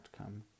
outcome